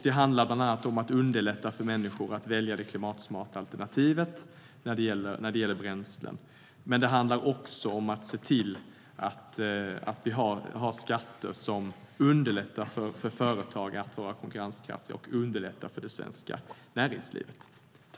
Det handlar bland annat om att underlätta för människor att välja det klimatsmarta alternativet när det gäller bränslen, men det handlar också om att se till att vi har skatter som underlättar för företag att vara konkurrenskraftiga och på så sätt underlätta för det svenska näringslivet.